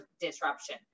disruption